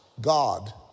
God